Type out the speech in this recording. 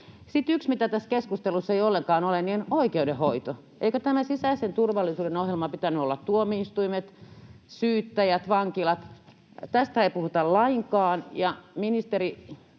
yksi, mitä tässä keskustelussa ei ollenkaan ole, on oikeudenhoito. Eikö tässä sisäisen turvallisuuden ohjelmassa pitänyt olla tuomioistuimet, syyttäjät, vankilat? Tästä ei puhuta lainkaan